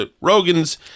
Rogan's